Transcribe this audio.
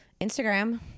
instagram